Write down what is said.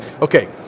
Okay